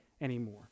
anymore